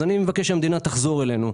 אז אני מבקש שהמדינה תחזור אלינו.